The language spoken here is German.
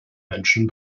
menschen